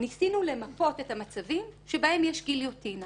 ניסינו למפות את המצבים שבהם יש גיליוטינה.